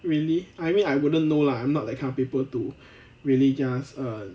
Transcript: really I mean I wouldn't know lah I'm not that kind of people to really just err